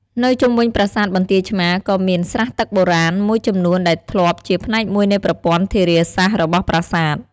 នៅជុំវិញប្រាសាទបន្ទាយឆ្មារ ក៏មាន ស្រះទឹកបុរាណ មួយចំនួនដែលធ្លាប់ជាផ្នែកមួយនៃប្រព័ន្ធធារាសាស្ត្ររបស់ប្រាសាទ។